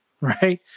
right